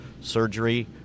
surgery